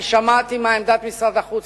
אני שמעתי מהי עמדת משרד החוץ,